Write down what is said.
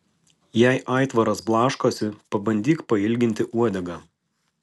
jei aitvaras blaškosi pabandyk pailginti uodegą